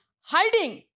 hiding